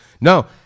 no